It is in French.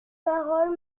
parole